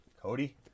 Cody